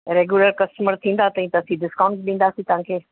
regular customer थींदा तव्हीं त असीं डिस्काउंट बि ॾींदासीं तव्हांखे